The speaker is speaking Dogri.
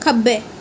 खब्बै